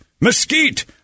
mesquite